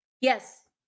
Yes